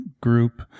group